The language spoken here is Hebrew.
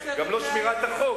גם לא שמירת החוק,